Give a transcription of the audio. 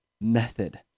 method